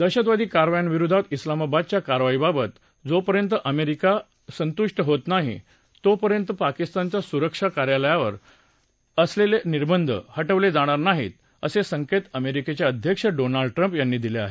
दहशतवादी कारवायाविरुद्ध उलामाबादच्या कारवाईबाबत जोपर्यंत अमेरिका संतुष्ट होत नाही तोपर्यंत पाकिस्तानच्या सुरक्षा सहकार्यावर घालण्यात आलेले निर्बंध हटवले जाणार नाहीत असे संकेत अमेरिकेचे अध्यक्ष डोनाल्ड ट्रम्प यांनी दिले आहेत